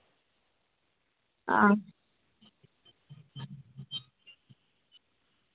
आं